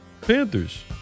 Panthers